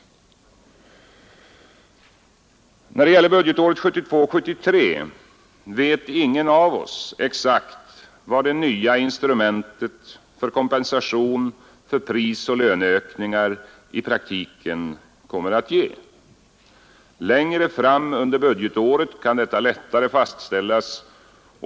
Nr 91 När det gäller budgetåret 1972/73 vet ingen av oss exakt vad det nya Måndagen den instrumentet för kompensation för prisoch löneökningar i praktiken 29 maj 1972 kommer att ge. Längre fram under budgetåret kan detta lättare — FS — fastställas.